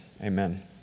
Amen